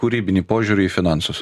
kūrybinį požiūrį į finansus